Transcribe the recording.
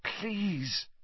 Please